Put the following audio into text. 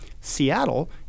Seattle